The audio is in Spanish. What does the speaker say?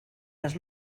las